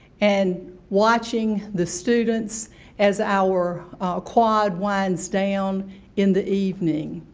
and watching the students as our quad winds down in the evening.